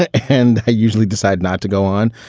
ah and i usually decide not to go on,